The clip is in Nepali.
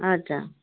हजुर